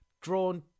Drawn